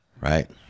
Right